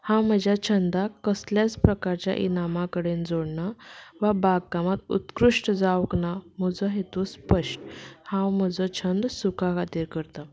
हांव म्हज्या छंदाक कसल्याच प्रकारच्या इनामा कडेन जोडना वा बागकामाक उत्कृश्ट जावंक ना म्हजो हेतू स्पश्ट हांव म्हजो छंद सुका खातीर करता